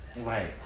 Right